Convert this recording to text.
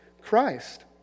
Christ